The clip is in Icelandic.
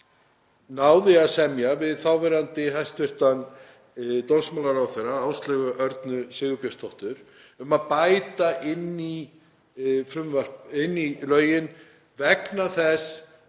náði að semja um við þáverandi hæstv. dómsmálaráðherra, Áslaugu Örnu Sigurbjörnsdóttur, að bæta inn í lögin vegna þess